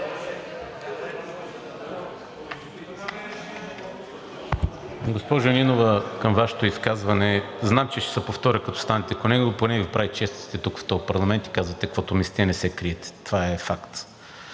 Госпожо Нинова, към Вашето изказване. Знам, че ще се повторя. Като станете по него, поне Ви прави чест да сте тук в този парламент и казвате, каквото мислите и не се криете. Това е факт.